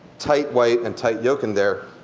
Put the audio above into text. tight white and tight yolk in there,